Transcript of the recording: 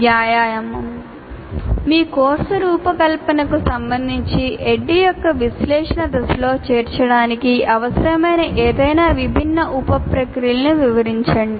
వ్యాయామం మీ కోర్సు రూపకల్పనకు సంబంధించి ADDIE యొక్క విశ్లేషణ దశలో చేర్చడానికి అవసరమైన ఏదైనా విభిన్న ఉప ప్రక్రియలను వివరించండి